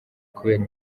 kubera